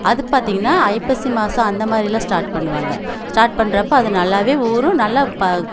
அது பார்த்தீங்கன்னா ஐப்பசி மாதம் அந்த மாதிரிலாம் ஸ்டார்ட் பண்ணுவாங்க ஸ்டார்ட் பண்றப்போ அது நல்லாவே ஊறும் நல்லா ப